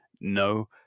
No